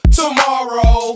tomorrow